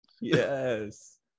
yes